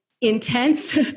intense